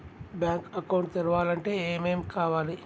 Bank account తెరవాలంటే ఏమేం కావాలి?